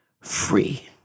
free